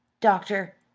doctor,